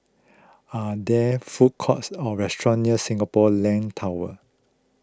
are there food courts or restaurant near Singapore Land Tower